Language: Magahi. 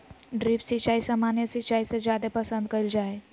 ड्रिप सिंचाई सामान्य सिंचाई से जादे पसंद कईल जा हई